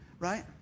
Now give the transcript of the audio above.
right